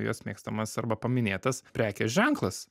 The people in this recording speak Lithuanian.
jos mėgstamas arba paminėtas prekės ženklas